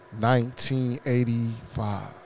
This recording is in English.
1985